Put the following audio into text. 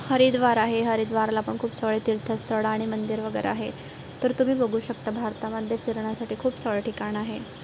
हरिद्वार आहे हरिद्वारला पण खूप सगळे तीर्थस्थळं आणि मंदिर वगैरे आहे तर तुम्ही बघू शकता भारतामध्ये फिरण्यासाठी खूप सगळे ठिकाण आहे